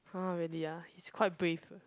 !huh! really ah he's quite brave